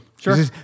Sure